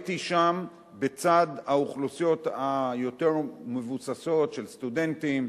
וראיתי שם בצד האוכלוסיות היותר-מבוססות של סטודנטים,